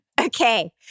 Okay